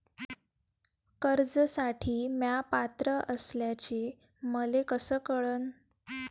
कर्जसाठी म्या पात्र असल्याचे मले कस कळन?